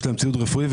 יש להם ציוד רפואי,